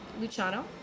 Luciano